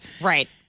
Right